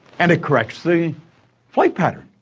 and it corrects the flight pattern.